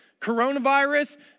Coronavirus